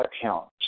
account